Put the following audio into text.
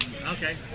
Okay